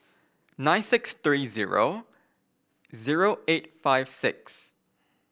nine six three zero zero eight five six